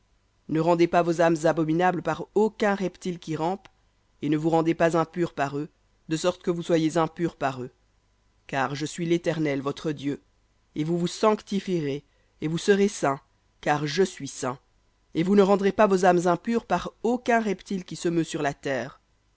ne rendez pas vos âmes abominables par aucun reptile qui rampe et ne vous rendez pas impurs par eux de sorte que vous soyez impurs par eux car je suis l'éternel votre dieu et vous vous sanctifierez et vous serez saints car je suis saint et vous ne rendrez pas vos âmes impures par aucun reptile qui se meut sur la terre